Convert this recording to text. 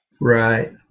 Right